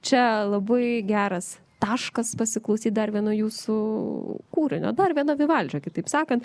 čia labai geras taškas pasiklausyt dar vieno jūsų kūrinio dar viena vivaldžio kitaip sakant